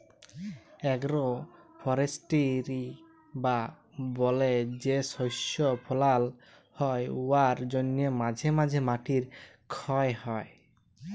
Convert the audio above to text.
agro forestry বা বলে যে শস্য ফলাল হ্যয় উয়ার জ্যনহে মাঝে ম্যধে মাটির খ্যয় হ্যয়